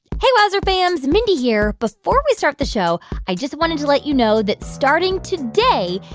hey, wowzer fams. mindy here. before we start the show, i just wanted to let you know that starting today,